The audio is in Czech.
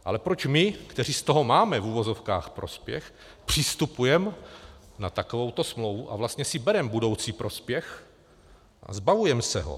Ale proč my, kteří z toho máme v uvozovkách prospěch, přistupujeme na takovouto smlouvu a vlastně si bereme budoucí prospěch a zbavujeme se ho?